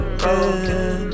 broken